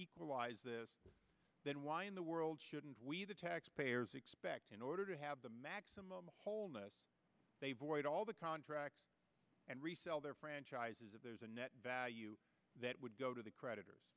equalize this then why in the world shouldn't we the taxpayers expect in order to have the maximum wholeness they void all the contracts and resell their franchises if there's a net value that would go to the creditors